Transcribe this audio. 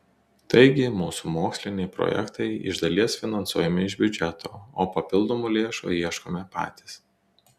taigi mūsų moksliniai projektai iš dalies finansuojami iš biudžeto o papildomų lėšų ieškome patys